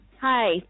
Hi